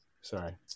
sorry